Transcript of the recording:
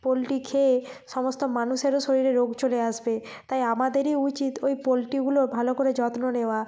poultry খেয়ে সমস্ত মানুষেরও শরীরে রোগ চলে আসবে তাই আমাদেরই উচিত ওই পোলট্রিগুলোর ভালো করে যত্ন নেওয়া